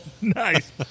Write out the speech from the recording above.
Nice